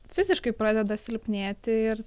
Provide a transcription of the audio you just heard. fiziškai pradeda silpnėti ir